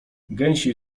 gęsiej